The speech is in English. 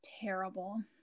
terrible